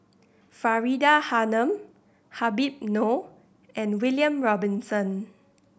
Faridah Hanum Habib Noh and William Robinson